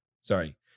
sorry